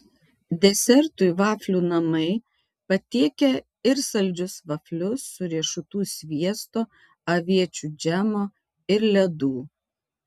desertui vaflių namai patiekia ir saldžius vaflius su riešutų sviesto aviečių džemo ir ledų